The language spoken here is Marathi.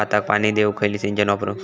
भाताक पाणी देऊक खयली सिंचन वापरू?